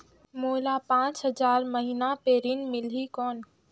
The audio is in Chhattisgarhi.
मोला पांच हजार महीना पे ऋण मिलही कौन?